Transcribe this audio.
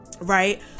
right